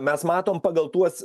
mes matom pagal tuos